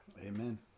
Amen